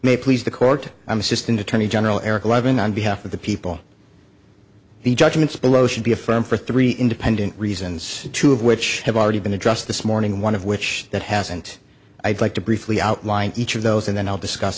may please the court i'm assistant attorney general eric levin on behalf of the people the judgments below should be affirm for three independent reasons two of which have already been addressed this morning one of which that hasn't i'd like to briefly outline each of those and then i'll discuss